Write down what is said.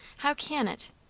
how can it?